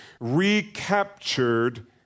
recaptured